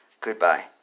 Goodbye